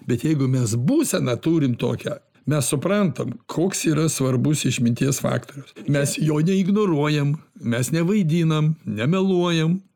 bet jeigu mes būseną turim tokią mes suprantam koks yra svarbus išminties faktorius mes jo neignoruojam mes nevaidinam nemeluojam